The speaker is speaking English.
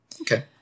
Okay